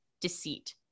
deceit